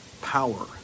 power